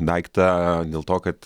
daiktą dėl to kad